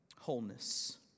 wholeness